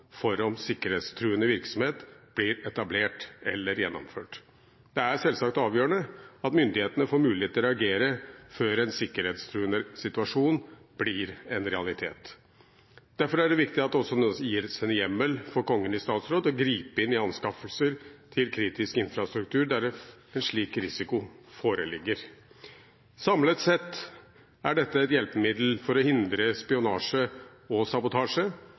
kunnskap om en planlagt eller pågående aktivitet som kan medføre en ikke ubetydelig risiko for at sikkerhetstruende virksomhet blir etablert eller gjennomført. Det er selvsagt avgjørende at myndighetene får mulighet til å reagere før en sikkerhetstruende situasjon blir en realitet. Derfor er det viktig at det også gis en hjemmel for Kongen i statsråd til å gripe inn i anskaffelser til kritisk infrastruktur der en slik risiko foreligger. Samlet sett er dette et hjelpemiddel for